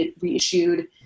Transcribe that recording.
reissued